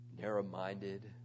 narrow-minded